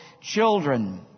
children